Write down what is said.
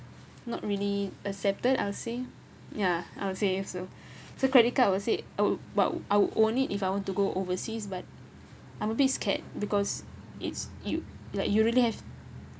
not really accepted I'll say yeah I'll say yes so so credit card I will say I'll I'll own it if I want to go overseas but I'm a bit scared because it's you like you really have